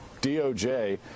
DOJ